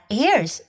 ears